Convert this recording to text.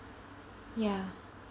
ya